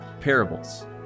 parables